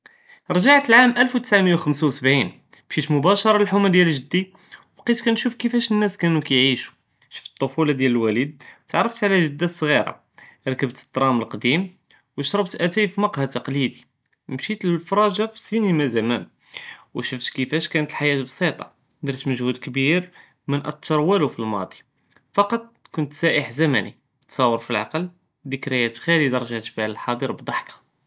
רג'עת לאעאם אלף ותשעמיה ו חמשה ו סבעין, משית מוכתסה לחומה דיאל גדי, ובקת קינשוף נאס קיעהישו, שפת אלטפולה דיאל אלווליד, תערף עלא ג'דות סג'ירה, רקבת אלטראם לקדימה ושרבת אטאי פמקחה ת'קלידי, משית לפראג'ה פאסינמה זמן ושפת כפאש קנת אלחייאה בסיטה, דרת מג'הוד כביר ו חאולט מנג'יר וולו פאלמאדי, פקאט קנת סאיח זמני, תסאוור פלעקל, ד'כריאת כיר קי רג'עת ללח'אדר בדחקה.